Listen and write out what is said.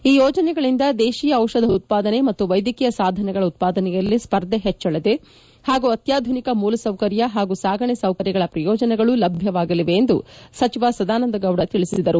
ಈ ಯೋಜನೆಗಳಿಂದ ದೇಶೀಯ ಔಷಧ ಉತ್ಪಾದನೆ ಮತ್ತು ವೈದ್ಯಕೀಯ ಸಾಧನಗಳ ಉತ್ಪಾದನೆಯಲ್ಲಿ ಸ್ಪರ್ಧೆ ಹೆಚ್ಚಲಿದೆ ಹಾಗೂ ಅತ್ಯಾಧುನಿಕ ಮೂಲಸೌಕರ್ಯ ಹಾಗೂ ಸಾಗಣೆ ಸೌಕರ್ಯಗಳ ಪ್ರಯೋಜನಗಳು ಲಭ್ಯವಾಗಲಿವೆ ಎಂದು ಸಚಿವ ಸದಾನಂದ ಗೌಡ ತಿಳಿಸಿದರು